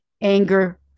anger